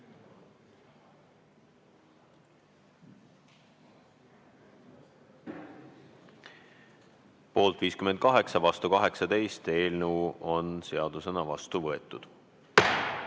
Poolt 58, vastu 18. Eelnõu on seadusena vastu võetud.